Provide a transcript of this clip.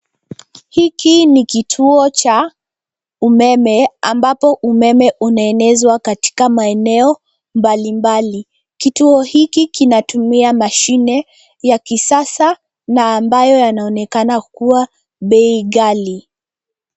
Hiki ni kituo cha umeme, ambao umeme unaenezwa katika maeneo mbalimbali. Kituo hiki kinatumia mashine ya kisasa na ambayo yanaonekana kuwa bei ghali.